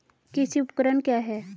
कृषि उपकरण क्या है?